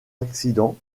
accident